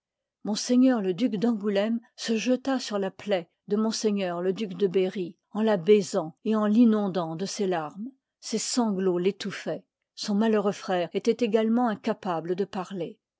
ms le duc d'angouléme se jeta sur la plaie de m le duc de berry eh la baisant et en l'inondant de ses larmes ses sanglots l'élouffoient son malheureux frère éloit également incapable de parler